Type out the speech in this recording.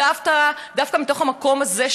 ודווקא מהמקום הזה,